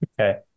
Okay